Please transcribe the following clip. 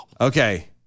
Okay